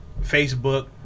Facebook